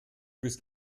bist